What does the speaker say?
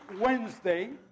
Wednesday